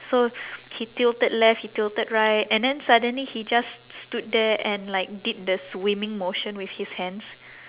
so he tilted left he tilted right and then suddenly he just stood there and like did the swimming motion with his hands